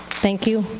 thank you.